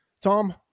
tom